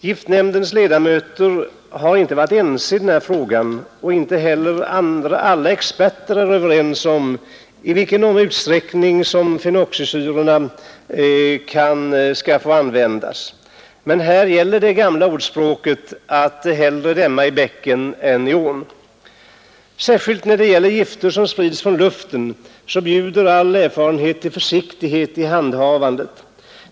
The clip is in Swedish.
Giftnämndens ledamöter har inte varit ense i den här frågan och inte heller alla experter är överens om i vilken utsträckning fenoxisyrorna skall få användas. Men här gäller det gamla ordspråket att det är bättre att stämma i bäcken än i ån. — Särskilt när det gäller gifter som sprids från luften bjuder ju all erfarenhet försiktighet i handhavandet.